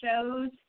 shows